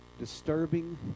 disturbing